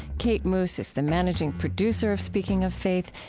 kate moos is the managing producer of speaking of faith,